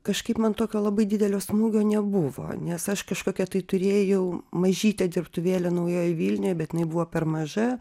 kažkaip man tokio labai didelio smūgio nebuvo nes aš kažkokią tai turėjau mažytę dirbtuvėlę naujojoj vilnioj bet jinai buvo per maža